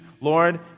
Lord